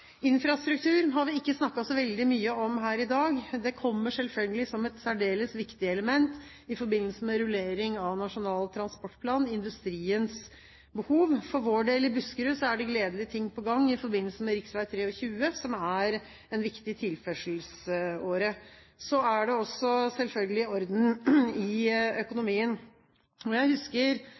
Infrastruktur har vi ikke snakket så veldig mye om her i dag. Det kommer selvfølgelig som et særdeles viktig element i forbindelse med rullering av Nasjonal transportplan og industriens behov. For vår del i Buskerud er det gledelige ting på gang i forbindelse med rv. 23, som er en viktig tilførselsåre. Så er det også, selvfølgelig, orden i økonomien. Jeg husker